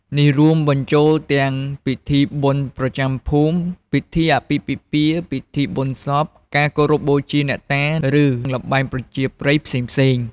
នេះរួមបញ្ចូលទាំងពិធីបុណ្យប្រចាំភូមិ ពិធីអាពាហ៍ពិពាហ៍ ពិធីបុណ្យសព ការគោរពបូជាអ្នកតា ឬល្បែងប្រជាប្រិយផ្សេងៗ។